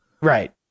Right